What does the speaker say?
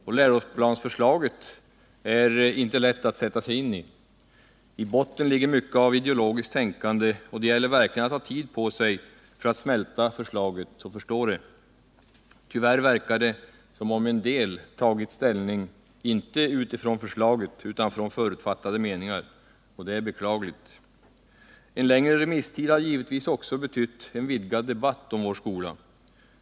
Och läroplansförslaget är inte lätt att sätta sig in i. I botten ligger mycket av ideologiskt tänkande, och det gäller verkligen att ta tid på sig för att smälta förslaget och förstå det. Tyvärr verkar det som om en del tagit ställning inte utifrån förslaget utan från förutfattade meningar. Det är beklagligt. En längre remisstid hade givetvis också betytt en vidgad debatt om vår skola.